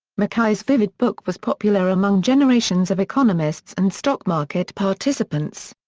mackay's vivid book was popular among generations of economists and stock market participants.